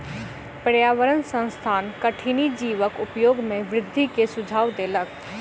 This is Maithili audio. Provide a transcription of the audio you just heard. पर्यावरण संस्थान कठिनी जीवक उपयोग में वृद्धि के सुझाव देलक